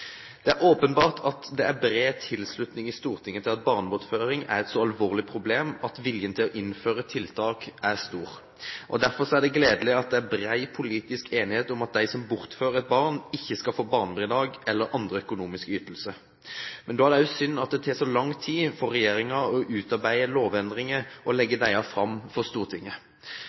Det er åpenbart at det er bred tilslutning i Stortinget til at barnebortføring er et så alvorlig problem at viljen til å innføre tiltak er stor. Derfor er det gledelig at det er bred politisk enighet om at de som bortfører et barn, ikke skal få barnebidrag eller andre økonomiske ytelser. Men da er det synd at det tar så lang tid for regjeringen å utarbeide lovendringer og legge dem fram for Stortinget.